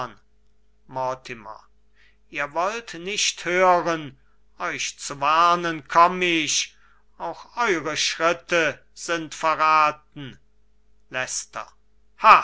ihr wollt nicht hören euch zu warnen komm ich auch eure schritte sind verraten